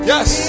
Yes